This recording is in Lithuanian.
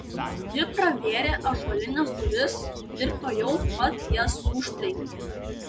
ji pravėrė ąžuolines duris ir tuojau pat jas užtrenkė